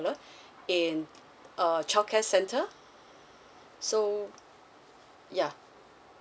in err childcare centre so yeah